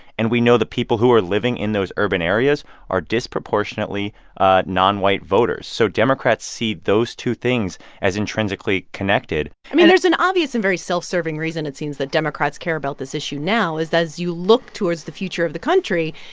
and we know the people who are living in those urban areas are disproportionately nonwhite voters. so democrats see those two things as intrinsically connected i mean there's an obvious and very self-serving reason, it seems, that democrats care about this issue now is as you look towards the future of the country,